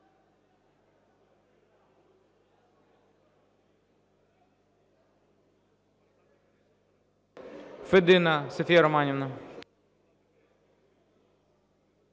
Федина Софія Романівна.